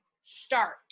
start